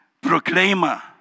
proclaimer